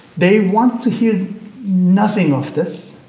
they want to hear nothing of this,